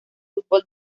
fútbol